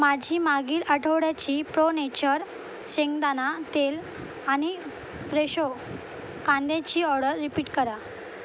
माझी मागील आठवड्याची प्रो नेचर शेंगदाणा तेल आणि फ्रेशो कांद्याची ऑर्डर रिपीट करा